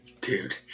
Dude